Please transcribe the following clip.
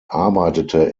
arbeitete